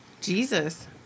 Jesus